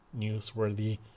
newsworthy